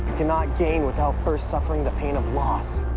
cannot gain without first suffering the pain of loss.